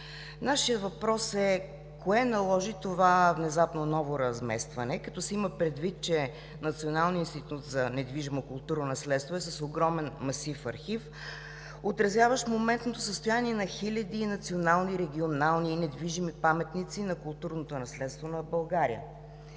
Нашият въпрос е: кое наложи това внезапно ново разместване, като се има предвид, че Националният институт за недвижимо културно наследство е с огромен масив архиви, отразяващ моментното състояние на хиляди национални, регионални недвижими паметници на културното наследство на България?